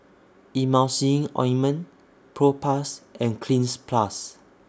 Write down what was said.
Emulsying Ointment Propass and Cleanz Plus